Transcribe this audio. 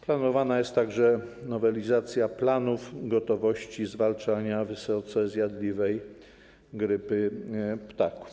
Planowana jest także nowelizacja planów gotowości zwalczania wysoce zjadliwej grypy ptaków.